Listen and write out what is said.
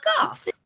off